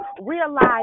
realize